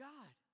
God